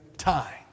time